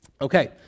Okay